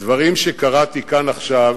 הדברים שקראתי כאן עכשיו